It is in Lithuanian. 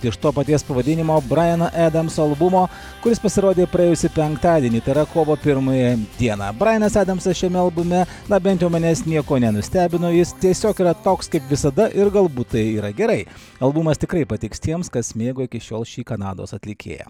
iš to paties pavadinimo brajano edamso albumo kuris pasirodė praėjusį penktadienį tai yra kovo pirmąją dieną brajanas adamsas šiame albume na bent jau manęs niekuo nenustebino jis tiesiog yra toks kaip visada ir galbūt tai yra gerai albumas tikrai patiks tiems kas mėgo iki šiol šį kanados atlikėją